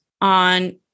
on